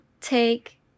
take